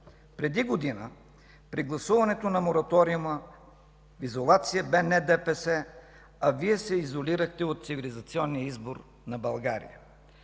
Преди година, при гласуването на Мораториума, в изолация бе не ДПС, а Вие се изолирахте от цивилизационния избор на България,